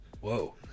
Whoa